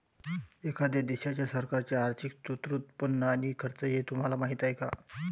एखाद्या देशाच्या सरकारचे आर्थिक स्त्रोत, उत्पन्न आणि खर्च हे तुम्हाला माहीत आहे का